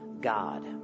God